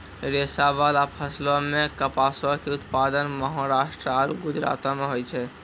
रेशाबाला फसलो मे कपासो के उत्पादन महाराष्ट्र आरु गुजरातो मे होय छै